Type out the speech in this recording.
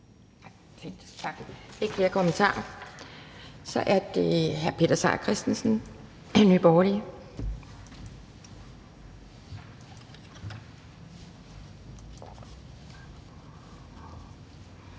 er ikke flere kommentarer. Så er det hr. Peter Seier Christensen, Nye Borgerlige.